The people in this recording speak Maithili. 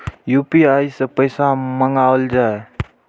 यू.पी.आई सै पैसा मंगाउल जाय?